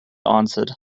answered